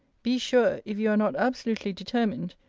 be sure, if you are not absolutely determined,